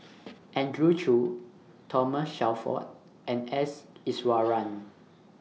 Andrew Chew Thomas Shelford and S Iswaran